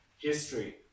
history